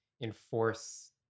enforce